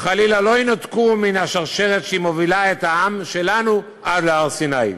לא ינותקו חלילה מן השרשרת שמובילה את העם שלנו עד הר-סיני.